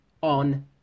on